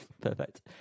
Perfect